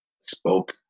Spoke